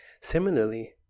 Similarly